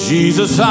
Jesus